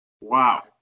Wow